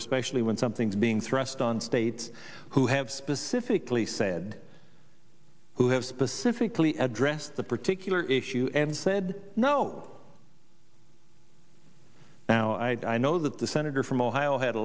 especially when something's being thrust on states who have specifically said who have specifically address the particular issue and said no now i know that the senator from ohio had a